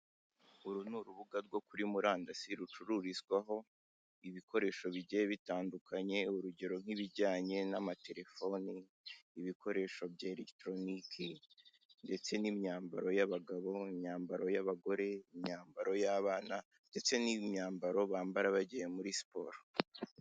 Uru ni urubuga rwo kuri murandasi rucururizwaho ibikoresho bigiye bitandukanye, urugero nk'ibijyanye n'amatelefone, ibikoresho bya elekitoronike, ndetse n'imyambaro y'abagabo, imyambaro y'abagore, imyambaro y'abana, ndetse n'imyambaro bambara bagiye muri siporo.